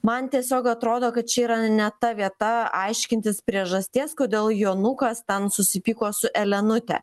man tiesiog atrodo kad čia yra ne ta vieta aiškintis priežasties kodėl jonukas ten susipyko su elenute